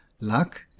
Luck